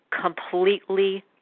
completely